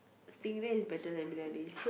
stingray is better than briyani